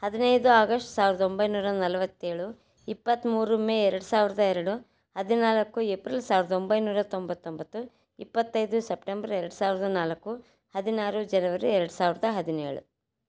ಹದಿನೈದು ಆಗಸ್ಟ್ ಸಾವಿರದ ಒಂಬೈನೂರ ನಲ್ವತ್ತೇಳು ಇಪ್ಪತ್ಮೂರು ಮೇ ಎರಡು ಸಾವಿರದ ಎರಡು ಹದಿನಾಲ್ಕು ಏಪ್ರಿಲ್ ಸಾವಿರದ ಒಂಬೈನೂರ ತೊಂಬತ್ತೊಂಬತ್ತು ಇಪ್ಪತ್ತೈದು ಸೆಪ್ಟೆಂಬರ್ ಎರಡು ಸಾವಿರದ ನಾಲ್ಕು ಹದಿನಾರು ಜನವರಿ ಎರಡು ಸಾವಿರದ ಹದಿನೇಳು